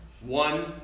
One